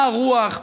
מה רוח,